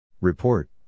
Report